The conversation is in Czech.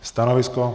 Stanovisko?